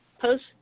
post